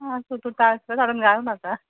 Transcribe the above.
आसूं तूं ताळकोत हाडून घाल म्हाका